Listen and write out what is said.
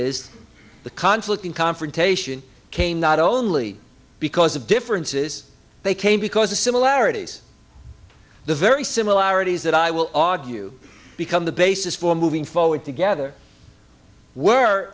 is the conflict and confrontation came not only because of differences they came because the similarities the very similarities that i will argue become the basis for moving forward together where